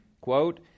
quote